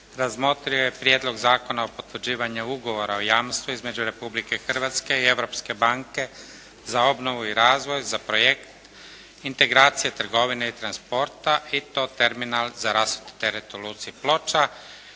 razmotrio je Prijedlog zakona o potvrđivanju Ugovora o jamstvu između Republike Hrvatske i Europske banke za obnovu i razvoj za “projekt integracije trgovine i transporta“ i to terminal za rasuti teret u Luci Ploča